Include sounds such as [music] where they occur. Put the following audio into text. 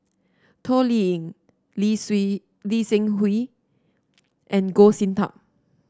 Toh Liying Lee [unintelligible] Lee Seng Wee and Goh Sin Tub